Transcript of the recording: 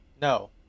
No